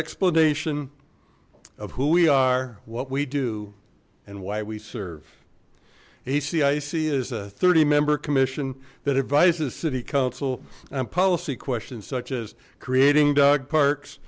explanation of who we are what we do and why we serve a cic is a thirty member commission that advises city council and policy questions such as creating dog parks